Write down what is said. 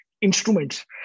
instruments